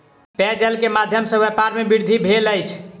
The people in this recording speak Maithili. पेयजल के माध्यम सॅ व्यापार में वृद्धि भेल अछि